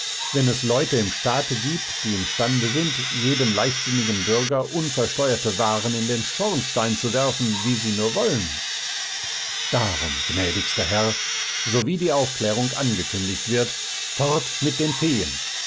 wenn es leute im staate gibt die imstande sind jedem leichtsinnigen bürger unversteuerte waren in den schornstein zu werfen wie sie nur wollen darum gnädigster herr sowie die aufklärung angekündigt wird fort mit den feen